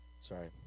sorry